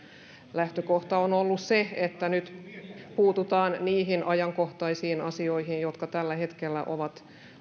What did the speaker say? lähtökohtamme on ollut se että nyt puututaan niihin ajankohtaisiin asioihin jotka tällä hetkellä ovat